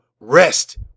rest